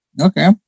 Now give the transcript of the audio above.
Okay